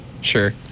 Sure